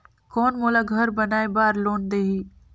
कौन मोला घर बनाय बार लोन देही?